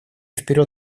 вперед